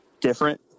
different